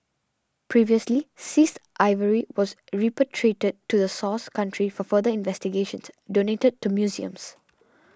previously seized ivory was repatriated to the source country for further investigations donated to museums